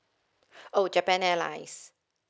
oh japan airlines